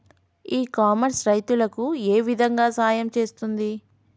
ఇ commerce రైతులకు ఏ విధంగా సహాయం చేస్తుంది?